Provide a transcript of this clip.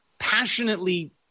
passionately